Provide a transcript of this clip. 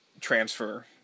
transfer